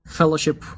fellowship